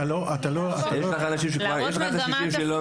תישאר על ה-40.